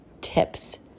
Tips